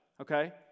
Okay